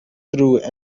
through